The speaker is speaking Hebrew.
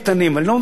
אני לא מבין למה.